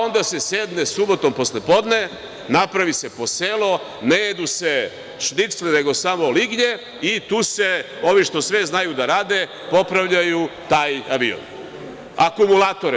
Onda se sedne subotom poslepodne, napravi se poselo, ne jedu se šnicle, nego samo lignje i tu ovi što sve znaju da rade popravljaju taj avion, recimo akumulatore.